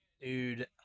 Dude